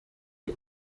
die